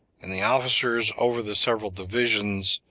and the officers over the several divisions,